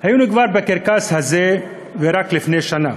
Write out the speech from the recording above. היינו כבר בקרקס הזה, ורק לפני שנה.